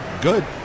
good